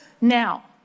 now